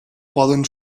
poden